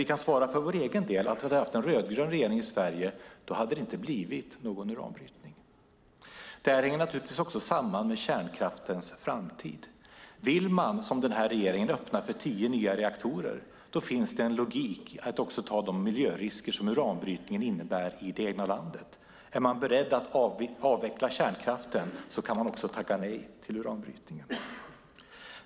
Vi kan dock för egen del svara att om vi hade haft en rödgrön regering i Sverige hade det inte blivit någon uranbrytning. Detta hänger naturligtvis även samman med kärnkraftens framtid. Vill man, som den nuvarande regeringen, öppna för tio nya reaktorer finns det en logik i att också ta de miljörisker som uranbrytningen innebär i det egna landet. Om man är beredd att avveckla kärnkraften kan man även tacka nej till uranbrytning.